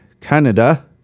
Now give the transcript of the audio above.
Canada